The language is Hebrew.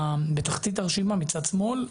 בתחתית הרשימה מצד שמאל.